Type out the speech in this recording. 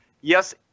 Yes